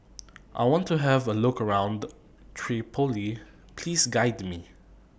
I want to Have A Look around Tripoli Please Guide Me